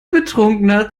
betrunkener